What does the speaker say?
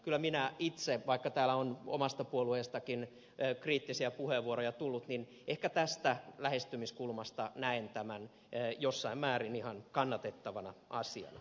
kyllä minä itse vaikka täällä on omasta puolueestakin kriittisiä puheenvuoroja tullut ehkä tästä lähestymiskulmasta näen tämän jossain määrin ihan kannatettavana asiana